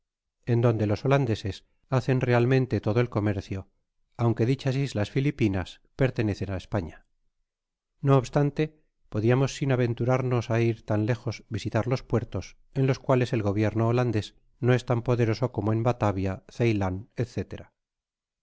en donde los holandeses hacen realmeute todo el comercio aunque dichas islas filipinas pertenecen á españa no obstante podiamos sin aventurarnos á ir tan lejos visitar los puertos en los cuales el gobierno holandés no es tan poderoso como eu batavia